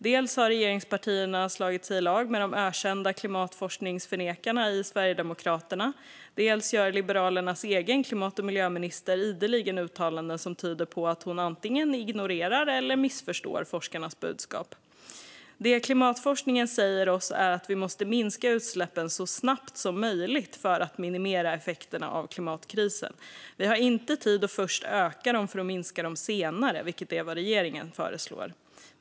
Dels har regeringspartierna gett sig i lag med de ökända klimatforskningsförnekarna i Sverigedemokraterna, dels gör Liberalernas egen klimat och miljöminister ideligen uttalanden som tyder på att hon antingen ignorerar eller missförstår forskarnas budskap. Det klimatforskningen säger oss är att vi måste minska utsläppen så snabbt som möjligt för att minimera effekterna av klimatkrisen. Vi har inte tid att först öka dem för att minska dem senare, vilket är vad regeringen föreslår.